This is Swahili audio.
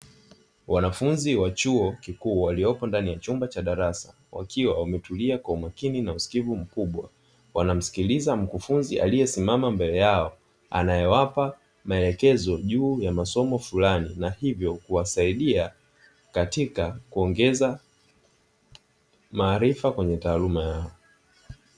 Wanafunzi wa chuo kikuu waliopo ndani ya chumba cha darasa, wakiwa wametulia kwa umakini na usikivu mkubwa, wanamsikiliza mkufunzi aliyesimama mbele yao anayewapa maelekezo juu ya masomo fulani na hivyo kuwasaidia katika kuongeza maarifa kwenye taaluma yao.